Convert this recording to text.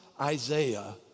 Isaiah